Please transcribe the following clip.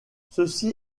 ceci